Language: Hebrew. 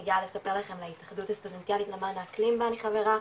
אני גאה לספר לכם על ההתאחדות הסטודנטיאלית למען האקלים בו אני חברה,